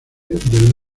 del